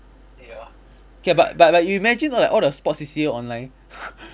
okay ah but but but you imagine like all the sports C_C_A online